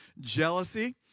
jealousy